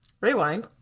rewind